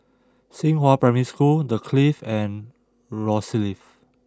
Xinghua Primary School The Clift and Rosyth